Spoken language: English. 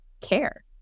care